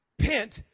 pent